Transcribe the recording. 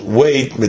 wait